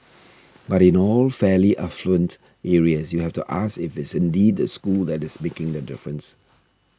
but in all fairly affluent areas you have to ask if it is indeed the school that is making the difference